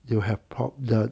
you have pro~ the